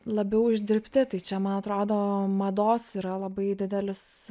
labiau uždirbti tai čia man atrodo mados yra labai didelis